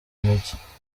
mike